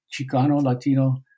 Chicano-Latino